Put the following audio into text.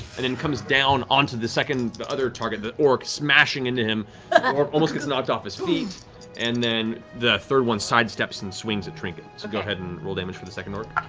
and then comes down onto the second, the other target, the orc, smashing into him. the orc almost gets knocked off his feet and then the third one sidesteps and swings at trinket, so go ahead and roll damage for the second orc.